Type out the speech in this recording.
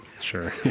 Sure